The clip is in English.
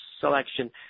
selection